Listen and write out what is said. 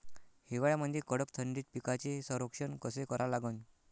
हिवाळ्यामंदी कडक थंडीत पिकाचे संरक्षण कसे करा लागन?